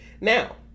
Now